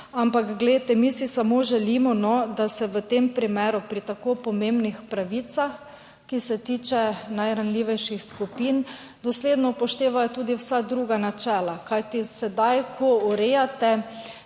Ampak glejte, mi si samo želimo, da se v tem primeru pri tako pomembnih pravicah, ki se tiče najranljivejših skupin dosledno upoštevajo tudi vsa druga načela. Kajti sedaj, ko urejate